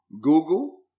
Google